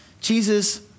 Jesus